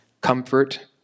comfort